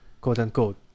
quote-unquote